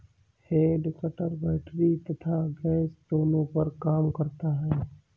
head cutter battery तथा gas दोनों पर काम करता है